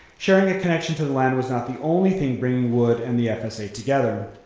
sharing a connection to the land was not the only thing bringing wood and the fsa together.